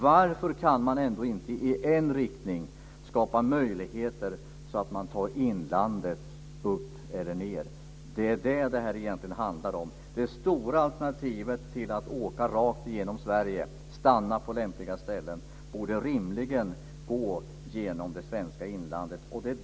Varför kan man inte i en riktning skapa möjligheter att ta vägen genom inlandet upp eller ned? Det är vad det egentligen handlar om. Det stora alternativet att åka rakt igenom Sverige och stanna på lämpliga ställen borde rimligen gå genom det svenska inlandet.